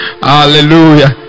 hallelujah